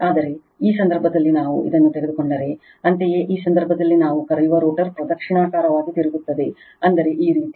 ಆದರೆ ಈ ಸಂದರ್ಭದಲ್ಲಿ ನಾವು ಇದನ್ನು ತೆಗೆದುಕೊಂಡರೆ ಅಂತೆಯೇ ಈ ಸಂದರ್ಭದಲ್ಲಿ ನಾವು ಕರೆಯುವ ರೋಟರ್ ಪ್ರದಕ್ಷಿಣಾಕಾರವಾಗಿ ತಿರುಗುತ್ತದೆ ಅಂದರೆ ಈ ರೀತಿ